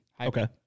Okay